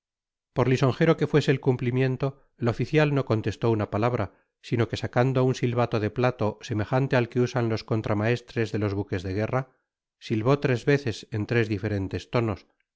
por lisonjero que fuese el cumplimiento el oficial uo contestó una palabra sino que sacando un silvato de plato semejante at que usan los contramaestres de los buques de guerra sitvó tres veces en tres diferentes tonos